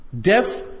Deaf